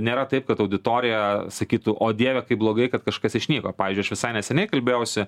nėra taip kad auditorija sakytų o dieve kaip blogai kad kažkas išnyko pavyzdžiui aš visai neseniai kalbėjausi